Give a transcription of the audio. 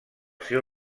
seu